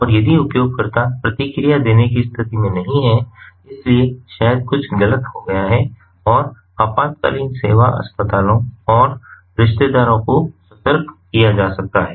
और यदि उपयोगकर्ता प्रतिक्रिया देने की स्थिति में नहीं है इसलिए शायद कुछ गलत हो गया है और आपातकालीन सेवा अस्पतालों और रिश्तेदारों को सतर्क किया जा सकता है